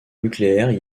nucléaires